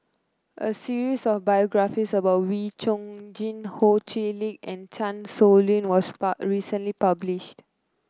a series of biographies about Wee Chong Jin Ho Chee Lick and Chan Sow Lin was pub recently published